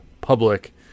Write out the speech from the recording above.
public